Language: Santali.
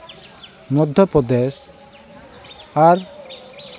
ᱢᱚᱫᱽᱫᱷᱚ ᱯᱨᱚᱫᱮᱥ ᱟᱨ